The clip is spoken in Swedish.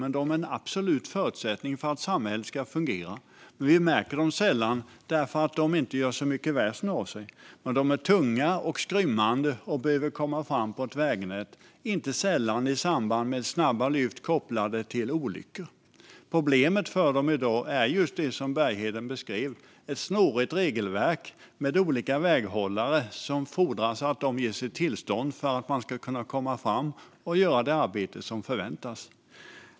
De är dock en absolut förutsättning för att samhället ska fungera. Vi märker dem sällan därför att de inte gör så mycket väsen av sig, men de är tunga och skrymmande, och de behöver komma fram på ett vägnät - inte sällan i samband med snabba lyft kopplade till olyckor. Problemet för dem i dag är just det som Bergheden beskrev: ett snårigt regelverk med olika väghållare som behöver ge sitt tillstånd för att man ska kunna komma fram och utföra det arbete som förväntas.